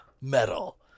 Metal